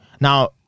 Now